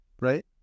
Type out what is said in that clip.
right